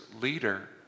leader